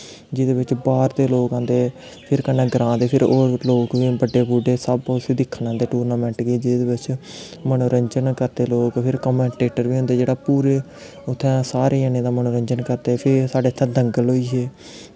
जेह्दे बिच्च बाह्र दे लोग आंदे फिर कन्नै ग्रांऽ दे होर बी लोग बड्डे बुड्डे सब उस्सी दिक्खन औंदे टूर्नांमैंट गी जेह्दे बिच्च मनोरंजन करदे लोग फिर कमैंटेटर बी होंदे जेह्ड़े पूरे उत्थै सारे जने दा मनोरंजन करदे फिर साढ़ै इत्थै दंगल होई गेई ही